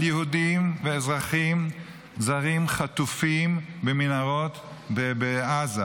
על יהודים ואזרחים זרים חטופים במנהרות בעזה.